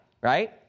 right